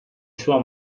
sua